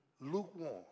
lukewarm